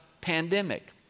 pandemic